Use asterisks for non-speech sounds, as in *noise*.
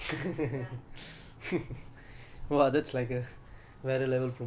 mm *noise* maybe just to promote the tattoo parlour lah ya